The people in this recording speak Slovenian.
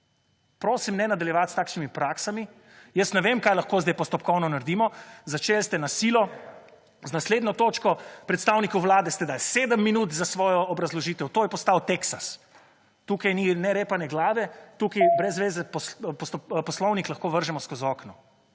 Prosim, ne nadaljevati s takšnimi praksami. Jaz ne vem, kaj lahko zdaj postopkovno naredimo. Začeli ste na silo z naslednjo točko, predstavnikom vlade ste dali 7 minut za svojo obrazložitev. To je postal Teksas. Tukaj ni ne repa ne glave. Tukaj je brez veze, poslovnik lahko vržemo skozi okno.